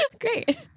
Great